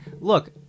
look